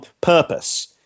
purpose